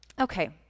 okay